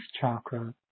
chakra